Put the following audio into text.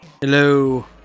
Hello